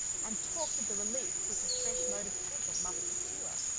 and talked of the relief which a fresh mode of treatment must procure,